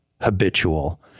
habitual